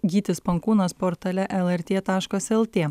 gytis pankūnas portale lrt taškas lt